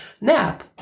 nap